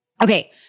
Okay